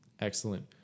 Excellent